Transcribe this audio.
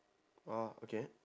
orh okay